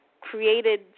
created